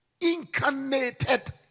incarnated